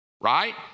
right